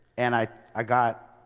and i i got,